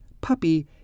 puppy